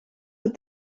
het